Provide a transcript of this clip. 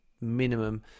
minimum